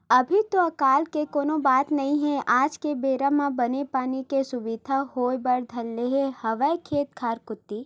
अभी तो अकाल के कोनो बात नई हे आज के बेरा म बने पानी के सुबिधा होय बर धर ले हवय खेत खार कोती